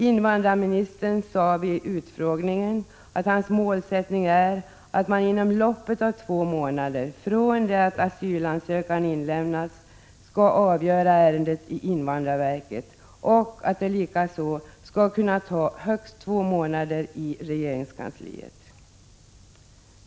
Invandrarministern sade vid utfrågningen att hans målsättning är att man inom loppet av två månader från det att asylansökan inlämnats skall avgöra ärendet i invandrarverket och att det likaså skall kunna ta högst två månader i regeringskansliet.